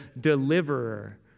deliverer